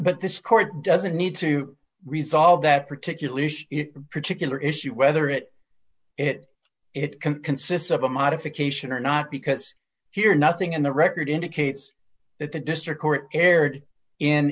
but this court doesn't need to resolve that particular issue particular issue whether it it it can consist of a modification or not because here nothing in the record indicates that the district court erred in